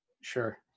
sure